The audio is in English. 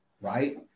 right